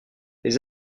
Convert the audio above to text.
les